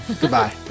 Goodbye